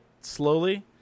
slowly